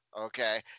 okay